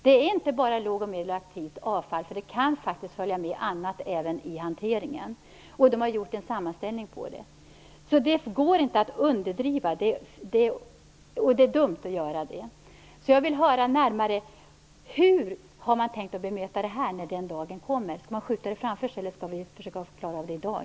Det är inte bara låg och medelaktivt avfall, det kan faktiskt följa med även annat i hanteringen. Forskarna har gjort en sammanställning av det. Det går inte att förringa risken. Det är dumt att göra det. Jag vill höra närmare hur man har tänkt att man skall bemöta problemet när den dagen kommer. Skall vi skjuta det på framtiden eller skall vi försöka klara av det i dag?